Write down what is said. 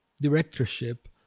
directorship